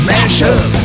Mashup